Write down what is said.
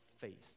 faith